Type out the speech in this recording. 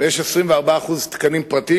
ו-24% תקנים פרטיים.